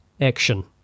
action